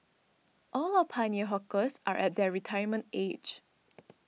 all our pioneer hawkers are at their retirement age